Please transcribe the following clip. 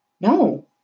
No